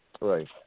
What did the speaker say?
Right